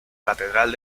catedral